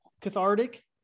cathartic